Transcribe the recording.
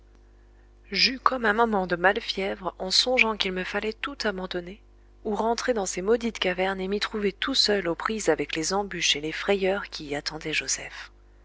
j'eus comme un moment de malefièvre en songeant qu'il me fallait tout abandonner ou rentrer dans ces maudites cavernes et m'y trouver tout seul aux prises avec les embûches et les frayeurs qui y attendaient joseph